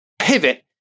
pivot